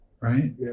Right